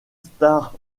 star